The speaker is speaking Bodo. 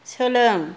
सोलों